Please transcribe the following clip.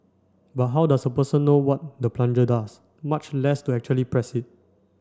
but how does a person know what the plunger does much less to actually press it